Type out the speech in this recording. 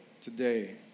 today